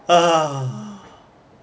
ha